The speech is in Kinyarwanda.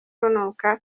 urunuka